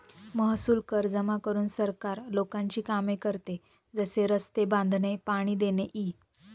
महसूल कर जमा करून सरकार लोकांची कामे करते, जसे रस्ते बांधणे, पाणी देणे इ